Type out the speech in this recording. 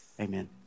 Amen